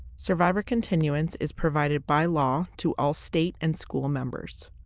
survivor continuance is provided by law to all state and school members.